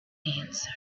answer